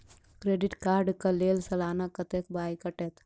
Credit card कऽ लेल सलाना कत्तेक पाई कटतै?